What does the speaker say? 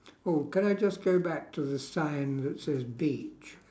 oh can I just go back to the sign that says beach